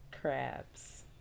crabs